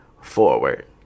forward